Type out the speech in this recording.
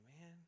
man